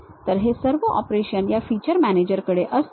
तर हे सर्व ऑपरेशन्स या feature managers कडे असतील